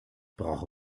brauche